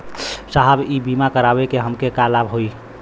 साहब इ बीमा करावे से हमके का लाभ होई?